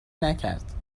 نکرد